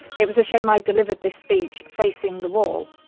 it was a shame i'd delivered this speech facing the wall.